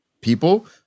people